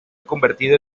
convertido